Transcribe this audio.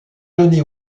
johnny